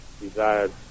desired